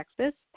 Texas